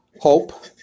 hope